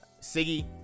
Siggy